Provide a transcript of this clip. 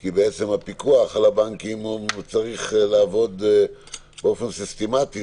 כי הפיקוח על הבנקים צריך לעבוד באופן סיסטמתי,